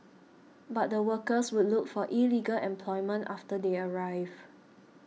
but the workers would look for illegal employment after they arrive